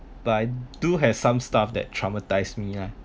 but I do have some stuff that traumatize me ah